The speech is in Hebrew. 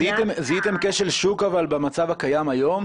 זיהיתם כשל שוק במצב הקיים כיום?